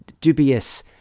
dubious